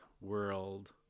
world